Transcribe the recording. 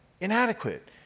inadequate